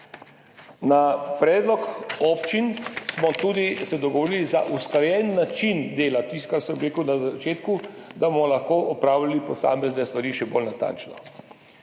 Na predlog občin smo se tudi dogovorili za usklajen način dela, tisto, kar sem rekel na začetku, da bomo lahko opravljali posamezne stvari še bolj natančno.